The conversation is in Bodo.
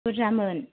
बुरजामोन